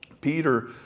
Peter